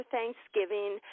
Thanksgiving